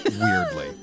weirdly